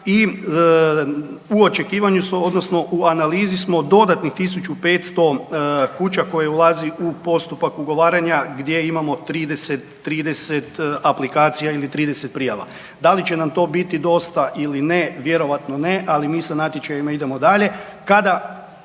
i u očekivanju su odnosno u analizi smo dodatnih 1500 kuća koje ulazi u postupak ugovaranja gdje imamo 30, 30 aplikacija ili 30 prijava. Da li će nam to biti dosta ili ne, vjerojatno ne, ali mi sa natječajima idemo dalje.